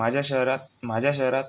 माझ्या शहरात माझ्या शहरात